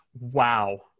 Wow